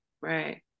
right